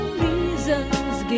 reasons